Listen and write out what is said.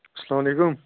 اَسلام علیکم